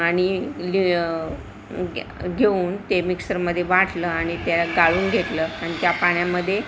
आणि लि घे घेऊन ते मिक्सरमध्ये वाटलं आणि त्याला गाळून घेतलं आणि त्या पाण्यामध्ये